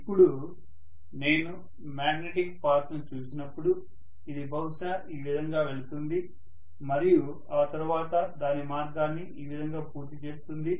ఇప్పుడు నేను magnetic path ను చూసినప్పుడు ఇది బహుశా ఈ విధంగా వెళుతుంది మరియు ఆ తరువాత దాని మార్గాన్ని ఈ విధంగా పూర్తి చేస్తుంది